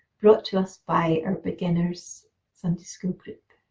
brought to us by our beginners sunday school group.